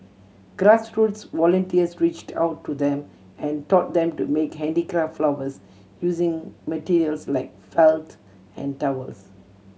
grassroots volunteers reached out to them and taught them to make handicraft flowers using materials like felt and towels